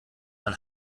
man